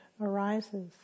arises